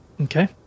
Okay